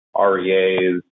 REAs